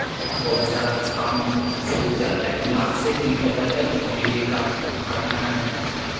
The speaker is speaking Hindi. बहुत सारा काम छूट जाता है दिमाग से ही निकल जाता है कि मुझे ये काम करना है